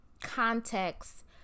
context